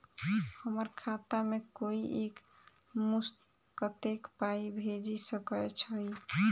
हम्मर खाता मे कोइ एक मुस्त कत्तेक पाई भेजि सकय छई?